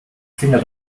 finger